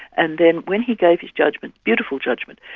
and then when he gave his judgment, beautiful judgment,